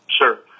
Sure